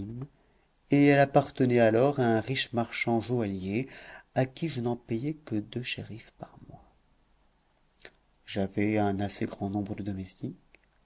et elle appartenait alors à un riche marchand joaillier à qui je n'en payais que deux scherifs par mois j'avais un assez grand nombre de domestiques